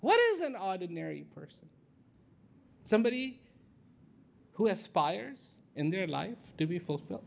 what is an ordinary person somebody who has spiers in their life to be fulfilled